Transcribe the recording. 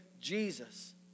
Jesus